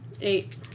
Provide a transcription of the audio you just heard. Eight